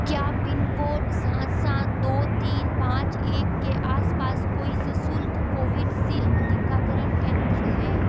क्या पिनकोड सात सात दो तीन पाँच एक के आस पास कोई सशुल्क कोविशील्ड टीकाकरण केंद्र है